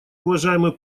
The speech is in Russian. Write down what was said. уважаемый